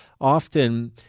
often